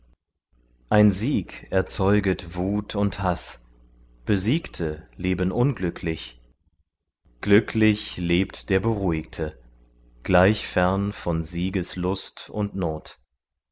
ein sieg erzeuget wut und haß besiegte leben unglücklich glücklich lebt der beruhigte gleich fern von sieges lust und not